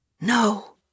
No